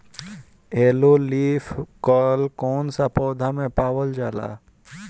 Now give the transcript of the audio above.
Yellow leaf कल कौन सा पौधा में पावल जाला?